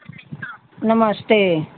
नमस्ते